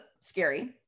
scary